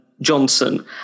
Johnson